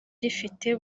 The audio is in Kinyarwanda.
rifite